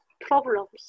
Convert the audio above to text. problems